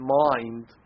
mind